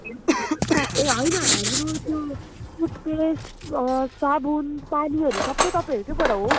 ए होइन हाम्रो त्यो टुटपेस्ट साबुन पानीहरू सबै तपाईँहरूको बाट हो